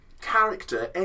character